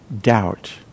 doubt